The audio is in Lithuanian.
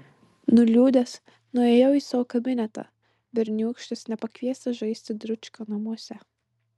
nuliūdęs nuėjau į savo kabinetą berniūkštis nepakviestas žaisti dručkio namuose